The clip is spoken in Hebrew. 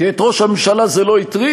כי את ראש הממשלה זה לא הטריד?